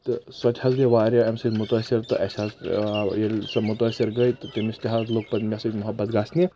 تہٕ سۄ تہِ حظ گے واریاہ امہِ سۭتۍ مُتٲثر تہٕ اسہِ حظ ییٚلہِ سۄ مُتٲثر گے تہٕ تٔمِس تہِ حظ لوٚگ پتہٕ مےٚ سۭتۍ محبت گژھنہِ